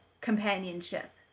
companionship